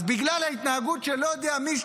אז בגלל ההתנהגות של לא יודע מי,